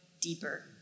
deeper